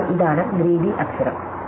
അതിനാൽ ഇതാണ് ഗ്രീടി അക്ഷരo